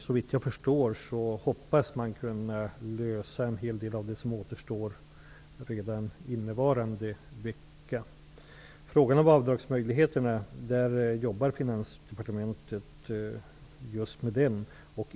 Såvitt jag förstår hoppas man att det redan innevarande vecka skall gå att lösa en hel del av de frågor som återstår. I fråga om avdragsmöjligheterna kan jag säga att Finansdepartementet jobbar med den.